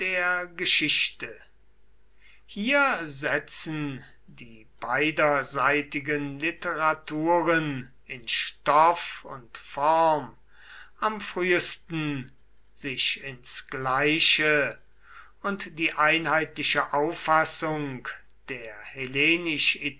geschichte hier setzen die beiderseitigen literaturen in stoff und form am frühesten sich ins gleiche und die einheitliche auffassung der